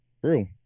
True